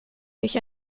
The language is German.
durch